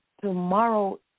tomorrow